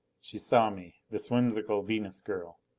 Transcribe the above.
she saw me this whimsical venus girl!